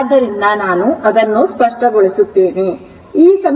ಆದ್ದರಿಂದ ನಾನು ಅದನ್ನು ಸ್ಪಷ್ಟಗೊಳಿಸುತ್ತೇನೆ